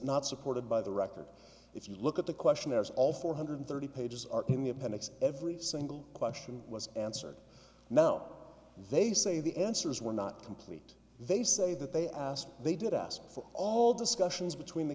not supported by the record if you look at the questionnaires all four hundred thirty pages are in the appendix every single question was answered now they say the answers were not complete they say that they asked they did ask for all discussions between the